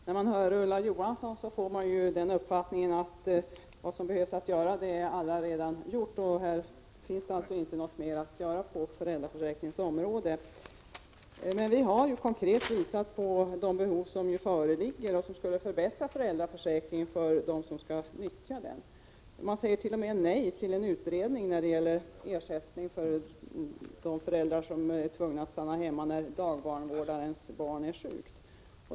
Herr talman! När man hör Ulla Johansson får man uppfattningen att vad som behöver göras alla redan är gjort. Det skulle alltså inte finnas någonting mer att göra på föräldraförsäkringens område. Men vi har ju konkret pekat på de behov som föreligger och hur man skulle kunna förbättra föräldraförsäkringen för dem som skall utnyttja den. Socialdemokraterna säger t.o.m. nej till förslaget om en utredning om ersättning till de föräldrar som är tvungna att stanna hemma när dagbarnvårdarens barn är sjukt.